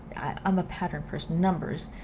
i'm a pattern person numbers.